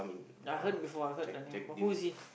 I heard before I heard the name before who is he